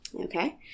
Okay